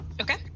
okay